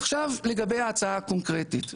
עכשיו לגבי ההצעה הקונקרטית,